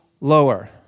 lower